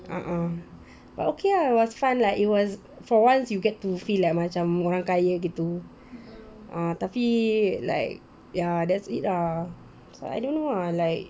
uh uh but okay lah it was fun lah it was for once you get to feel like macam orang kaya gitu uh tapi like ya that's it lah but I don't know lah like